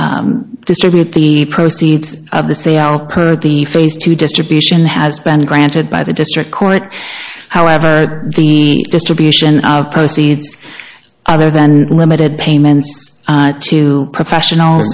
to distribute the proceeds of the say out the face to the distribution has been granted by the district court however the distribution out proceeds other than limited payments to professional